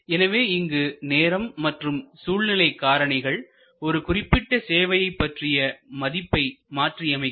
எனவே இங்கு நேரம் மற்றும் சூழ்நிலை காரணிகள் ஒரு குறிப்பிட்ட சேவைப் பற்றிய மதிப்பை மாற்றி அமைக்கும்